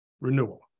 renewal